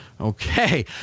Okay